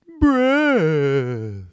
breath